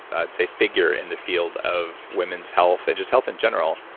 i'd say figure in the field of women's health and just health in general.